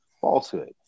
falsehood